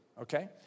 okay